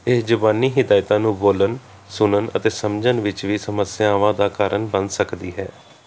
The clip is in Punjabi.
ਇਹ ਜ਼ੁਬਾਨੀ ਹਦਾਇਤਾਂ ਨੂੰ ਬੋਲਣ ਸੁਣਨ ਅਤੇ ਸਮਝਣ ਵਿੱਚ ਵੀ ਸਮੱਸਿਆਵਾਂ ਦਾ ਕਾਰਨ ਬਣ ਸਕਦੀ ਹੈ